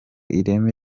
ireme